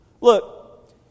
Look